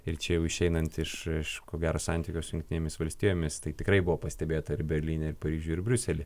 ir čia jau išeinant iš iš ko gero santykio su jungtinėmis valstijomis tai tikrai buvo pastebėta ir berlyne ir paryžiuje ir briusely